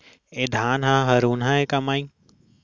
ए धान ह हरूना हे के माई?